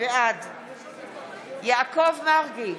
בעד יעקב מרגי,